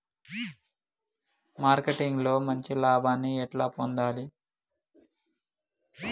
Marketing లో మంచి లాభాల్ని ఎట్లా పొందాలి?